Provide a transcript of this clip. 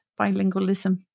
bilingualism